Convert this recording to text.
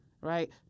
right